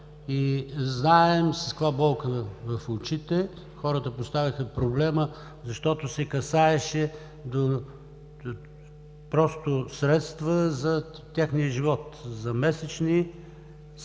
Знаем с каква болка в очите, хората поставяха проблема, защото се касаеше просто до средства за техния живот, за месечни